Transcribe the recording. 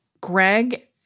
Greg